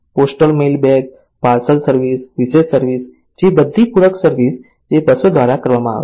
postal mail bag parcel service વિશેષ service જેવી બધી પૂરક સર્વિસ જે બસો દ્વારા કરવામાં આવે છે